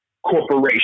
Corporation